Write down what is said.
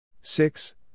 six